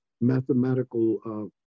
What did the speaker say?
mathematical